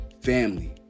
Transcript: family